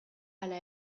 ala